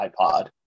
iPod